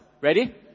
Ready